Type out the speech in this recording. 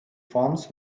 farms